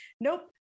nope